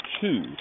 two